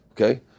Okay